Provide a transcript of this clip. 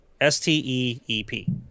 S-T-E-E-P